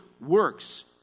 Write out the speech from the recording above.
works